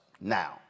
Now